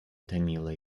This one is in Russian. томила